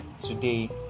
today